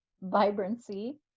vibrancy